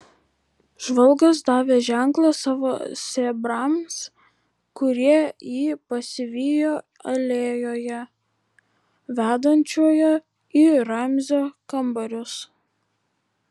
žvalgas davė ženklą savo sėbrams kurie jį pasivijo alėjoje vedančioje į ramzio kambarius